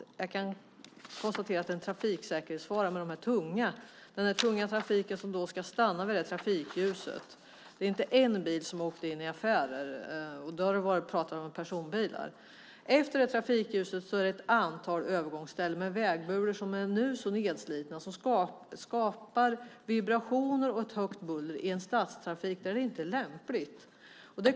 Jag kan konstatera att den tunga trafik som ska stanna vid det trafikljus som finns där utgör en trafikfara. Det är inte bara en bil som åkt in i affärer, och då talar vi om personbilar. Efter trafikljuset finns ett antal övergångsställen med vägbulor. De är numera så nedslitna att de skapar vibrationer och högt buller i en stadstrafik där det inte är lämpligt.